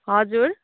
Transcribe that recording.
हजुर